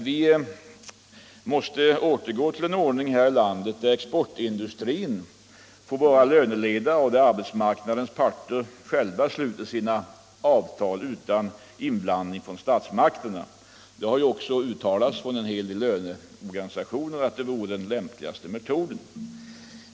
Vi måste återgå till en ordning här i landet där exportindustrin får vara löneledare och där arbetsmarknadens parter själva sluter sina avtal utan inblandning från statsmakterna. Det har också uttalats från en hel del löntagarorganisationer att detta vore den lämpligaste metoden.